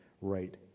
right